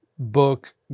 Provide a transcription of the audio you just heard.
book